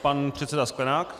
Pan předseda Sklenák.